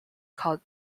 called